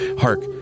Hark